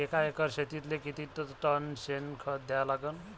एका एकर शेतीले किती टन शेन खत द्या लागन?